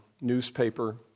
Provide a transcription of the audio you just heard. newspaper